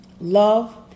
Love